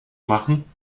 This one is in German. machen